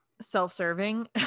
self-serving